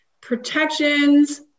protections